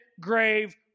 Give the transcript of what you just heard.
grave